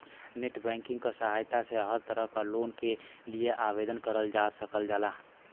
net banking क सहायता से हर तरह क लोन के लिए आवेदन करल जा सकल जाला